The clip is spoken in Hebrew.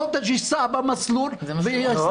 הקוטג' ייסע במסלול --- לא,